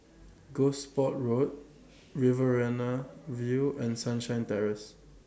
Gosport Road Riverina View and Sunshine Terrace